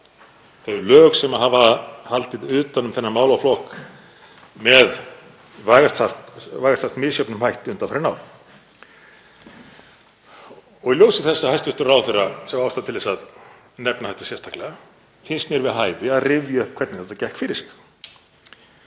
þau lög sem hafa haldið utan um þennan málaflokk með vægast sagt misjöfnum hætti undanfarin ár. Og í ljósi þess að hæstv. ráðherra sá ástæðu til að nefna þetta sérstaklega finnst mér við hæfi að rifja upp hvernig þetta gekk fyrir sig.